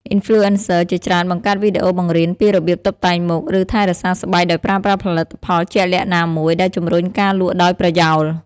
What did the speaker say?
អុីនផ្លូអេនសឹ ជាច្រើនបង្កើតវីដេអូបង្រៀនពីរបៀបតុបតែងមុខ ឬថែរក្សាស្បែកដោយប្រើប្រាស់ផលិតផលជាក់លាក់ណាមួយ ដែលជំរុញការលក់ដោយប្រយោល។